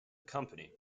company